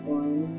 one